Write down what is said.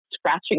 Scratching